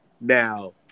Now